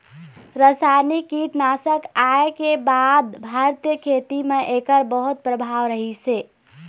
रासायनिक कीटनाशक आए के बाद भारतीय खेती म एकर बहुत प्रभाव रहीसे